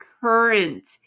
current